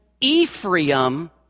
Ephraim